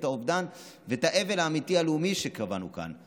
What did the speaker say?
את האובדן ואת האבל הלאומי האמיתי שקבענו כאן.